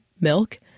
milk